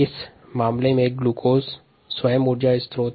इस प्रक्रिया में ग्लूकोज ऊर्जा स्रोत है